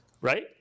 right